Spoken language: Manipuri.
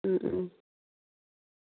ꯎꯝ ꯎꯝ